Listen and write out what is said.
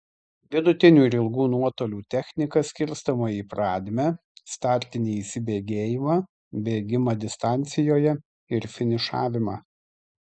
vidutinių ir ilgų nuotolių technika skirstoma į pradmę startinį įsibėgėjimą bėgimą distancijoje ir finišavimą